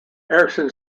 erickson